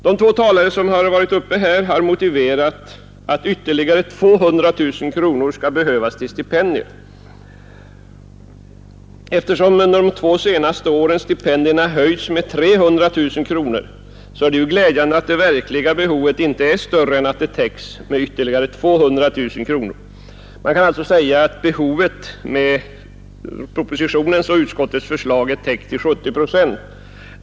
De två talare som varit uppe före mig har funnit det motiverat att ytterligare 200 000 kronor anslås till stipendier. Beloppet till stipendier har de två senaste åren höjts med 300 000 kronor, och det är ju glädjande att det verkliga behovet inte är större än att det täcks med ytterligare 200 000 kronor. Man kan alltså säga att behovet med propositionens och utskottets förslag är täckt till 70 procent.